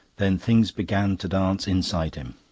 then things began to dance inside him.